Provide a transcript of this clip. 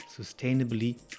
sustainably